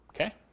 okay